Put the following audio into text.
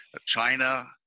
China